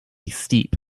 steep